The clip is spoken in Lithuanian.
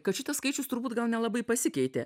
kad šitas skaičius turbūt gal nelabai pasikeitė